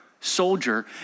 soldier